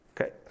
Okay